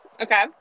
okay